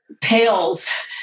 pales